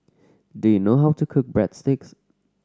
do you know how to cook Breadsticks